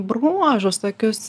bruožus tokius